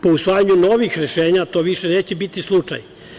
Po usvajanju novih rešenja to više neće biti slučaj.